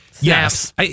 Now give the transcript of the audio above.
yes